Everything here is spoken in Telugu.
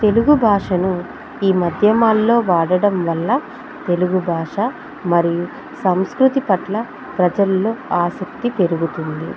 తెలుగు భాషను ఈ మాధ్యమాల్లో వాడడం వల్ల తెలుగు భాష మరియు సంస్కృతి పట్ల ప్రజల్లో ఆసక్తి పెరుగుతుంది